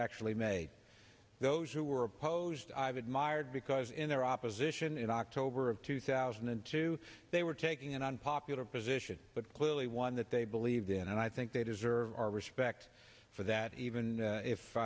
actually made those who were opposed to i've admired because in their opposition in october of two thousand and two they were taking an unpopular position but clearly one that they believed in and i think they deserve our respect for that even if